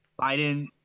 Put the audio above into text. Biden